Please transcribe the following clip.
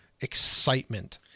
excitement